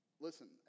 Listen